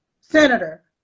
Senator